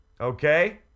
Okay